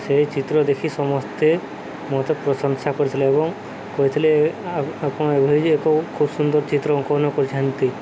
ସେଇ ଚିତ୍ର ଦେଖି ସମସ୍ତେ ମୋତେ ପ୍ରଶଂସା କରିଥିଲେ ଏବଂ କହିଥିଲେ ଆପଣ ଏଭଳି ଏକ ଖୁବ ସୁନ୍ଦର ଚିତ୍ର ଅଙ୍କନ କରିଛନ୍ତି